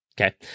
Okay